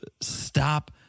stop